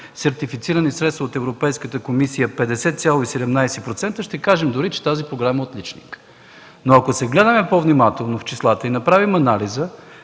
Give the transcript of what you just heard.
сертифицирани средства от Европейската комисия 50,17%, ще кажем дори, че тази програма е отличник. Но ако се вгледаме по-внимателно в числата и направим анализа